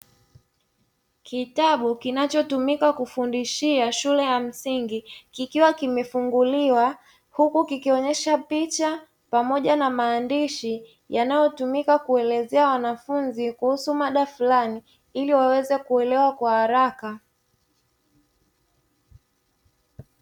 Kitabu kinachotumika kufundishia shule ya msingi, kikiwa kimefunguliwa huku kikionesha picha pamoja na maandishi yanayotumika kuelezea wanafunzi kuhusu mada flani, ili waweze kuelewa kwa haraka.